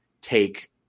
take